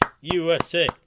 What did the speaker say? USA